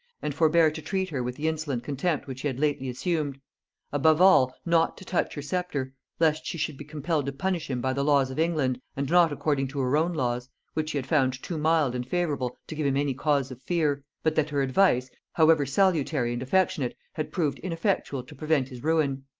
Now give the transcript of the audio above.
and forbear to treat her with the insolent contempt which he had lately assumed above all, not to touch her sceptre lest she should be compelled to punish him by the laws of england, and not according to her own laws which he had found too mild and favorable to give him any cause of fear but that her advice, however salutary and affectionate, had proved ineffectual to prevent his ruin.